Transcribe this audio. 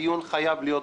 הדיון חייב להתבטל.